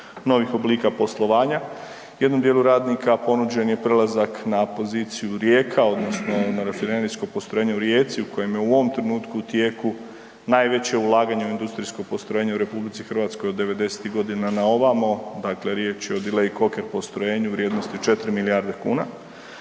novih oblika poslovanja. Jednom dijelu radnika ponuđen je prelazak na poziciju Rijeka odnosno na rafinerijsko postrojenje u Rijeci u kojem je u ovom trenutku u tijeku najveće ulaganje u industrijsko postrojenje u RH od '90.-tih godina na ovamo, dakle riječ je o delayed coker postrojenju u vrijednosti 4 milijarde kuna.